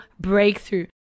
breakthrough